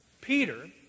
Peter